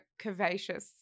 curvaceous